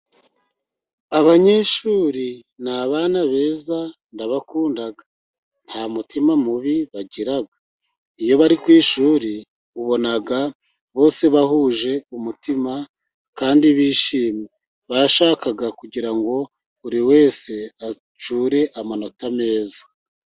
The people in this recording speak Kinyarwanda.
Abanyeshuri ni abana beza ndabakunda nta mutima mubi bagira, iyo bari ku ishuri ubona bose bahuje umutima, kandi bishimye bashaka kugira ngo buri wese acyure amanota meza.